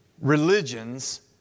religions